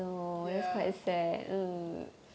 ya